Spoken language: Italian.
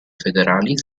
federali